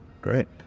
great